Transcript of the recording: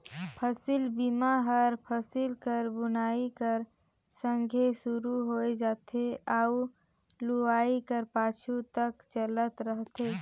फसिल बीमा हर फसिल कर बुनई कर संघे सुरू होए जाथे अउ लुवई कर पाछू तक चलत रहथे